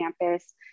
campus